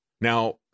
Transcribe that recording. Now